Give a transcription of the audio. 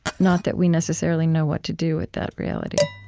not that we necessarily know what to do with that reality